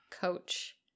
coach